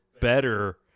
better